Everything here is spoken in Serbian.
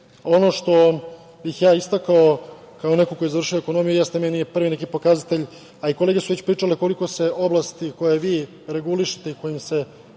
ono bih ja istakao, kao neko ko je završio ekonomiju, meni je prvi neki pokazatelj, a i kolege su već pričale koliko se oblasti koje vi regulišete i kojima se